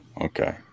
okay